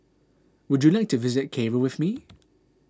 would you like to visit Cairo with me